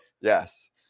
Yes